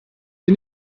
sie